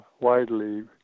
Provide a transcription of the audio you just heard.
widely